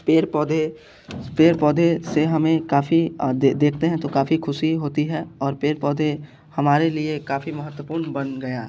पेड़ पौधे पेड़ पौधे से हमें काफ़ी देखते हैं तो काफ़ी खुशी होती है और पेड़ पौधे हमारे लिए काफ़ी महत्वपूर्ण बन गया